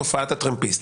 תופעת הטרמפיסט.